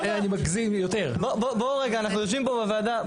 אנחנו יושבים פה בוועדה,